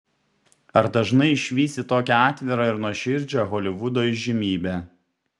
ar dažnai išvysi tokią atvirą ir nuoširdžią holivudo įžymybę